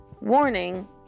Warning